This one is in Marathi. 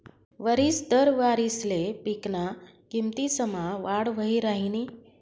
वरिस दर वारिसले पिकना किमतीसमा वाढ वही राहिनी